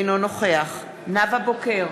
אינו נוכח נאוה בוקר,